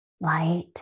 light